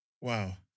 Wow